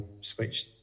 switched